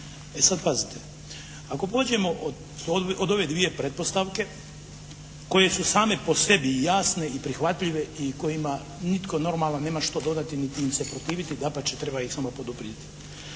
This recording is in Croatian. E sad pazite, ako pođemo od ove dvije pretpostavke koje su same po sebi jasne i prihvatljive i kojima nitko normalan nema što dodati niti im se protiviti, dapače treba ih samo poduprijeti.